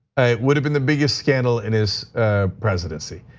would've been the biggest scandal in his presidency.